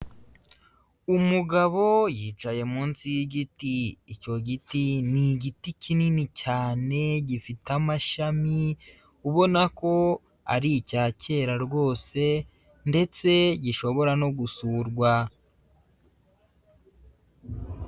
Umugabo yicaye munsi yigiti, icyo giti ni igiti kinini cyane gifite amashami ubona ko ari icya kera rwose ndetse gishobora no gusurwa.